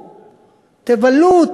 תבלו,